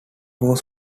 was